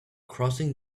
crossing